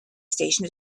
station